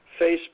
Facebook